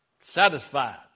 satisfied